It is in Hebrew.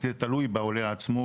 זה תלוי בעולה עצמו,